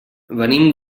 venim